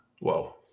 whoa